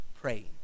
praying